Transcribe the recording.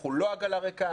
אנחנו לא "עגלה ריקה",